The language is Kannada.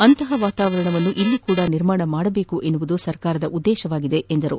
ಅಂತಹ ವಾತಾವರಣವನ್ನು ಇಲ್ಲಿ ಕೂಡ ನಿರ್ಮಾಣ ಮಾಡಬೇಕೆನ್ನುವುದು ಸರ್ಕಾರದ ಉದ್ದೇಶವಾಗಿದೆ ಎಂದರು